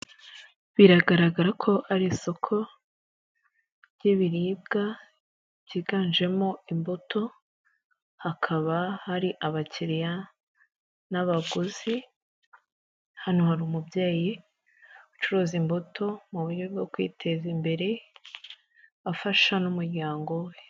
Biragaragara ko ari isoko ry'ibiribwa byiganjemo imbuto hakaba hari abakiriya n'abaguzi hano hari umubyeyi ucuruza imbuto mu buryo bwo kwiteza imbere afasha n'umuryango we .